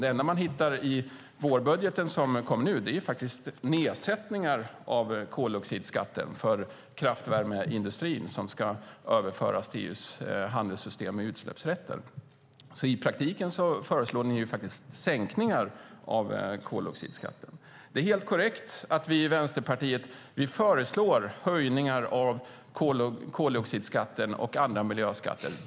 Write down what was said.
Det enda man hittar i vårbudgeten som kom nu är faktiskt nedsättningar av koldioxidskatter för kraftvärmeindustrin som ska överföras till EU:s handelssystem med utsläppsrätter. I praktiken föreslår ni alltså sänkningar av koldioxidskatten. Det är helt korrekt att vi i Vänsterpartiet föreslår höjningar av koldioxidskatten och andra miljöskatter.